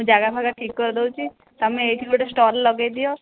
ମୁଁ ଜାଗା ଫାଗା ଠିକ୍ କରି ଦେଉଛି ତୁମେ ଏଇଠି ଗୋଟେ ଷ୍ଟଲ୍ ଲଗେଇ ଦିଅ